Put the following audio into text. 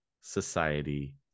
society